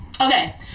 okay